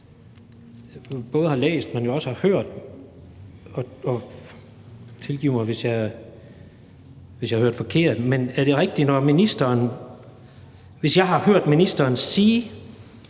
både har læst, men også har hørt noget, og tilgiv mig, hvis jeg har hørt forkert. Men er det rigtigt, hvis jeg har hørt ministeren sige,